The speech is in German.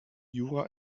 jura